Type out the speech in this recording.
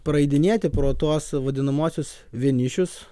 praeidinėti pro tuos vadinamuosius vienišius